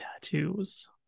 tattoos